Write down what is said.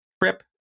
trip